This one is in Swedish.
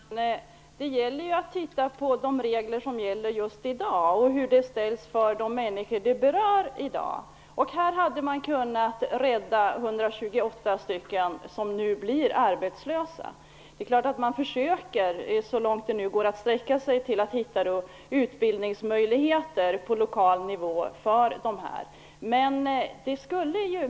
Herr talman! Det gäller ju att titta på de regler som gäller just i dag och hur dessa regler i dag berör människor. Vid det här företaget hade man kunnat rädda 128 personer, som nu blir arbetslösa. Det är klart att man så långt det är möjligt försöker hitta utbildningsmöjligheter på lokal nivå för de här människorna.